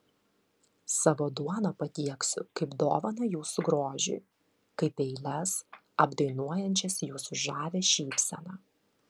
savo duoną patieksiu kaip dovaną jūsų grožiui kaip eiles apdainuojančias jūsų žavią šypseną